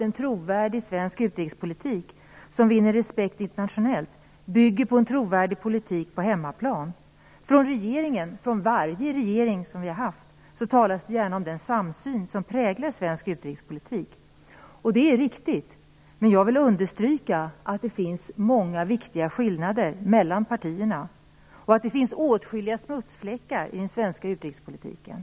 En trovärdig svensk utrikespolitik som vinner respekt internationellt bygger på en trovärdig politik på hemmaplan. Från regeringen och från varje regering som vi haft talas det gärna om den samsyn som präglar svensk utrikespolitik. Det är riktigt, men jag vill understryka att det finns många viktiga skillnader mellan partierna. Det finns åtskilliga smutsfläckar i den svenska utrikespolitiken.